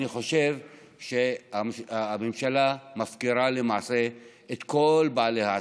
אני חושב שהממשלה מפקירה למעשה את כל בעלי העסקים,